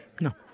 No